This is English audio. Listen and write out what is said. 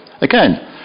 Again